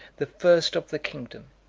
the first of the kingdom,